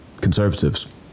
Conservatives